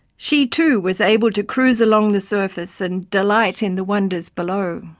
she too was able to cruise along the surface and delight in the wonders below.